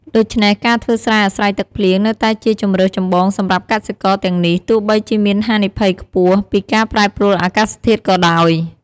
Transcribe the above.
ដូច្នេះ ការធ្វើស្រែអាស្រ័យទឹកភ្លៀងនៅតែជាជម្រើសចម្បងសម្រាប់កសិករទាំងនេះ ទោះបីជាមានហានិភ័យខ្ពស់ពីការប្រែប្រួលអាកាសធាតុក៏ដោយ។